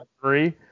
three